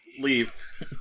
leave